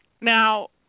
Now